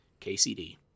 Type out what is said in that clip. KCD